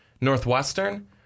Northwestern